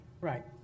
Right